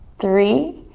three,